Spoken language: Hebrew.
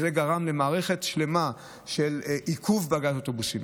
וזה גרם למערכת שלמה של עיכוב בהגעת האוטובוסים.